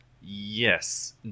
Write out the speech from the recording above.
Yes